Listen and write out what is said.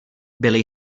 byli